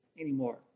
anymore